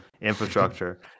infrastructure